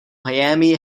miami